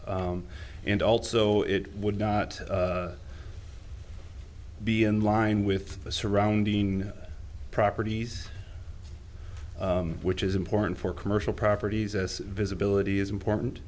grass and also it would not be in line with the surrounding properties which is important for commercial properties as visibility is important